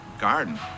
garden